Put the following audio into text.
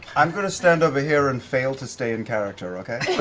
i'm going to stand over here and fail to stay in character, okay?